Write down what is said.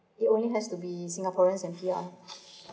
it only has to be singaporeans and P_R